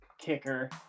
kicker